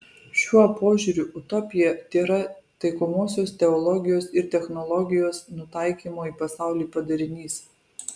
šiuo požiūriu utopija tėra taikomosios teologijos ir technologijos nutaikymo į pasaulį padarinys